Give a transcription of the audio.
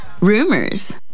rumors